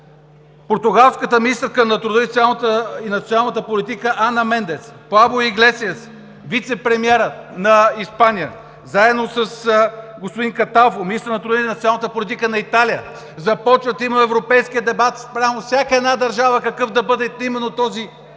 португалската министърка на труда и социалната политика Ана Мендес, Пабло Иглесиас – вицепремиерът на Испания, заедно с господин Каталфо – министър на труда и социалната политика на Италия, започват европейския дебат спрямо всяка една държава какъв да бъде именно този